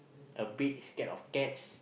a bit scared of cats